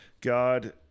God